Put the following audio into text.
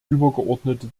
übergeordnete